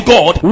God